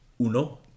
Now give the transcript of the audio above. uno